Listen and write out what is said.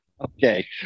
Okay